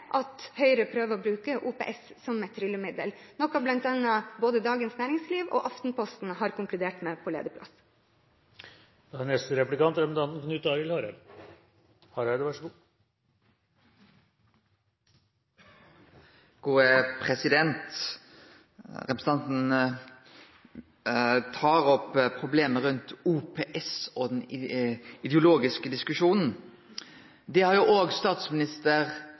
at Høyre prøver å bruke OPS som et tryllemiddel, noe bl.a. både Dagens Næringsliv og Aftenposten har konkludert med på lederplass. Representanten tar opp problem rundt OPS og den ideologiske diskusjonen. Det har òg statsminister Stoltenberg gjort tidlegare frå denne talarstolen: «Det er jo